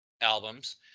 albums